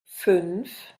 fünf